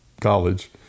college